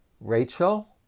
Rachel